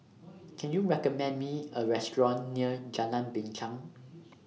Can YOU recommend Me A Restaurant near Jalan Binchang